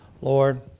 Lord